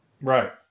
right